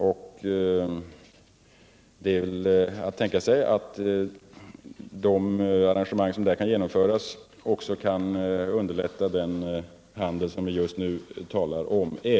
Det finns väl anledning att tänka sig at de arrangemang som därvid kan genomföras också kan underlätta den handel som vi just nu talar om.